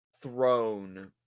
throne